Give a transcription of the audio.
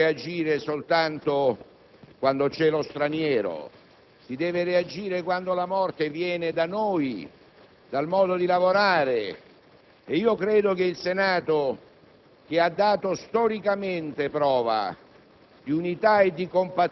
La classe politica deve reagire: non si può reagire soltanto quando c'è lo straniero, bisogna farlo quando la morte viene da noi, dal modo di lavorare. A mio avviso, il Senato,